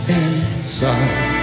inside